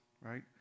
right